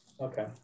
Okay